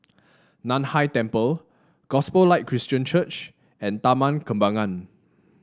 Nan Hai Temple Gospel Light Christian Church and Taman Kembangan